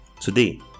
Today